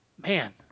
man